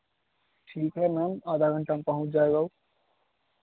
ठीक है मैम आधा घंटा में पहुँच जाएगा वह